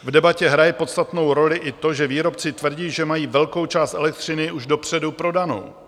V debatě hraje podstatnou roli i to, že výrobci tvrdí, že mají velkou část elektřiny už dopředu prodanou.